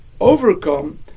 overcome